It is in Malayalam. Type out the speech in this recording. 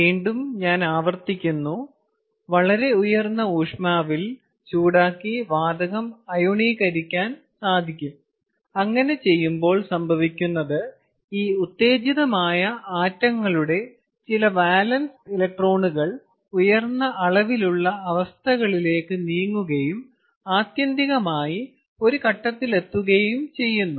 വീണ്ടും ഞാൻ ആവർത്തിക്കുന്നു വളരെ ഉയർന്ന ഊഷ്മാവിൽ ചൂടാക്കി വാതകം അയോണീകരിക്കാൻ സാധിക്കും അങ്ങനെ ചെയ്യുമ്പോൾ സംഭവിക്കുന്നത് ഈ ഉത്തേജിതമായ ആറ്റങ്ങളുടെ ചില വാലൻസ് ഇലക്ട്രോണുകൾ ഉയർന്ന അളവിലുള്ള അവസ്ഥകളിലേക്ക് നീങ്ങുകയും ആത്യന്തികമായി ഒരു ഘട്ടത്തിലെത്തുകയും ചെയ്യുന്നു